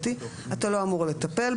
אתה לא אמור לטפל בו,